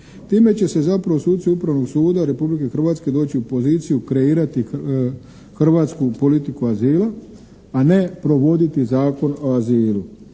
Time će se zapravo suci upravnog suda Republike Hrvatske doći u poziciju kreirati hrvatsku politiku azila, a ne provoditi Zakon o azilu,